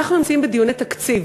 אנחנו נמצאים בדיוני תקציב